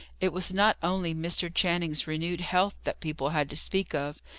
it was not only mr. channing's renewed health that people had to speak of.